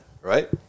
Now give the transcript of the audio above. right